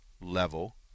level